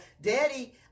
Daddy